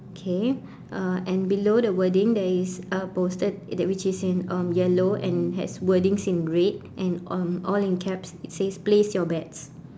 okay uh and below the wording there is a poster that which is um in yellow and has wordings in red and um all in caps it says place your bets